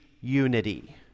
unity